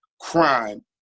crime